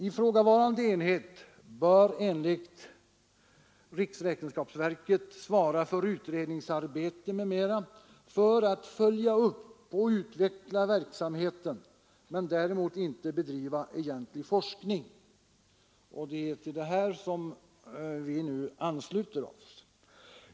Ifrågavarande enhet skall enligt riksräkenskapsverket svara för utredningsarbete m.m. i syfte att följa upp och utveckla verksamheten men däremot inte bedriva egentlig forskning. Det är detta vi nu ansluter oss till.